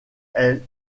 est